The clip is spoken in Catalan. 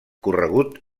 corregut